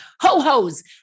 ho-hos